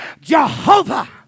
Jehovah